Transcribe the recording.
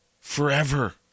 Forever